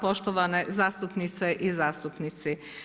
Poštovane zastupnice i zastupnici.